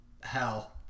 hell